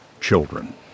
Children